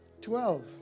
Twelve